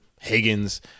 Higgins